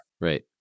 Right